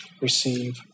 receive